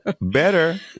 better